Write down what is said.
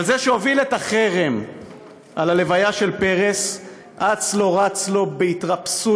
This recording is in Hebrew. אבל זה שהוביל את החרם על ההלוויה של פרס אץ לו רץ לו בהתרפסות